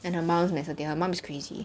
and her mum is lesser tier her mum is crazy